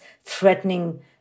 threatening